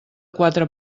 quatre